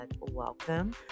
welcome